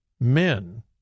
Men